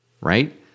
right